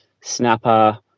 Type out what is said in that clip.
snapper